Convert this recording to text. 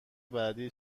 بعدی